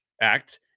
act